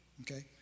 okay